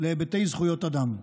להיבטי זכויות אדם.